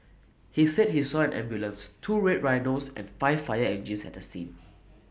he said he saw an ambulance two red Rhinos and five fire engines at the scene